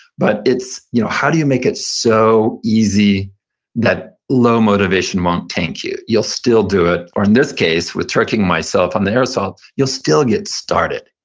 but you know how do you make it so easy that low motivation won't tank you? you'll still do it, or in this case, with tricking myself on the air assault, you'll still get started.